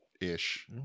ish